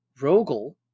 Rogel